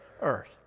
earth